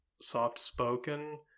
soft-spoken